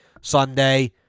Sunday